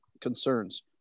concerns